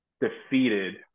defeated